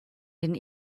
den